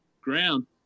ground